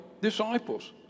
disciples